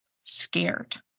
scared